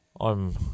I'm